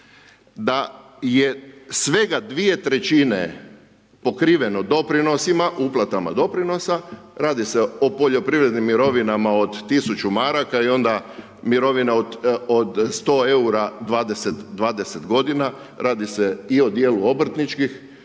da je svega 2/3 pokriveno doprinosima, uplatama doprinosa, radi se o poljoprivrednim mirovinama od 1000 maraka i onda mirovina od 100 EUR, 20 godina, radi se i o djelu obrtničkih